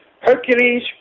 Hercules